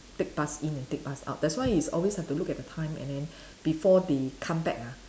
take bus in and take and bus out that's why is always have to look at the time and then before they come back ah